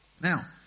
Now